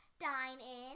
Dine-In